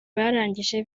barangije